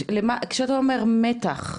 כשאתה אומר 'מתח',